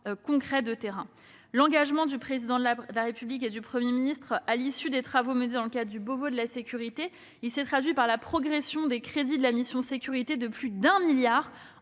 concrets sur le terrain. L'engagement du Président de la République et du Premier ministre, à l'issue des travaux menés dans le cadre du Beauvau de la sécurité, s'est traduit par une hausse des crédits de la mission « Sécurités » de plus de 1 milliard